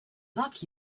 luck